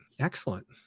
Excellent